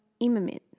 Imamit